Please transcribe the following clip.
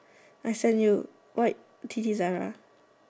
I send you what Zara